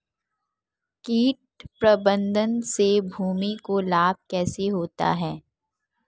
कीट प्रबंधन से भूमि को लाभ कैसे होता है?